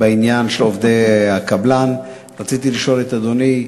בעניין של עובדי הקבלן, רציתי לשאול את אדוני: